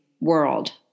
world